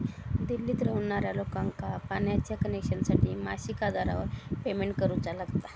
दिल्लीत रव्हणार्या लोकांका पाण्याच्या कनेक्शनसाठी मासिक आधारावर पेमेंट करुचा लागता